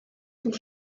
sous